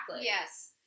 Yes